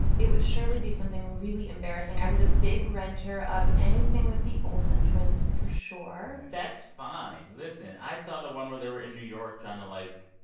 it would surely be something really embarrassing. i was a big renter of anything with the olsen twins, for sure that's fine. listen, i saw the one where they were in new york trying to, like,